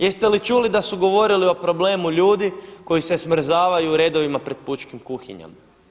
Jeste li čuli da su govorili o problemu ljudi koji se smrzavaju u redovima pred pučkim kuhinjama?